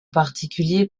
particulier